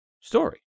story